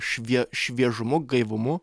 švie šviežumu gaivumu